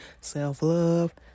self-love